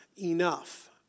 Enough